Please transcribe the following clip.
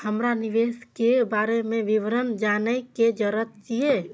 हमरा निवेश के बारे में विवरण जानय के जरुरत ये?